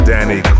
Danny